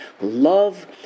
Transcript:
Love